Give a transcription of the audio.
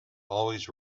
always